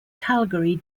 calgary